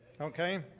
Okay